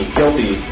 guilty